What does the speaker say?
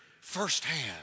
firsthand